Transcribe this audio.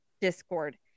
Discord